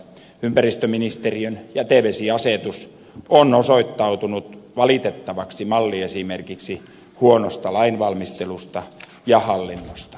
ympäristöministeriön jätevesiasetus on osoittautunut valitettavaksi malliesimerkiksi huonosta lainvalmistelusta ja hallinnosta